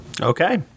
Okay